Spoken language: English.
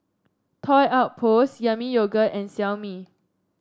Toy Outpost Yami Yogurt and Xiaomi